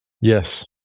Yes